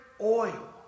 oil